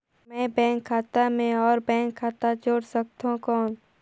मैं बैंक खाता मे और खाता जोड़ सकथव कौन?